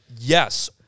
Yes